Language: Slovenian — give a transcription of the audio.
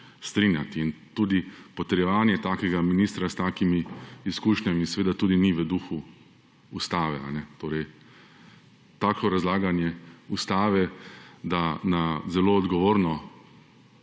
strinjati in tudi potrjevanje takega ministra s takimi izkušnjami seveda tudi ni v duhu Ustave torej tako razlaganje Ustave, da na zelo odgovorno